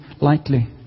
lightly